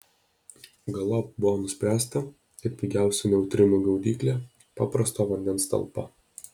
galop buvo nuspręsta kad pigiausia neutrinų gaudyklė paprasto vandens talpa